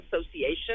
association